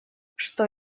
что